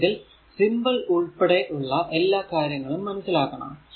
നമുക്ക് ഇതിൽ സിംബൽ ഉൾപ്പടെ ഉള്ള എല്ലാ കാര്യങ്ങളും മനസ്സിലാക്കണം